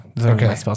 Okay